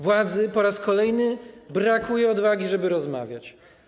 Władzy po raz kolejny brakuje odwagi, żeby rozmawiać.